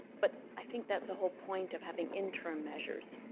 but i think that's a whole point of having interim measures,